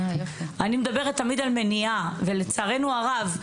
אני מדברת תמיד על מניעה ולצערנו הרב,